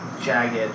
jagged